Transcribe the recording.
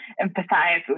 empathize